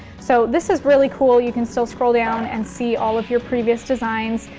so this is really cool, you can still scroll down and see all of your previous designs.